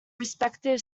respective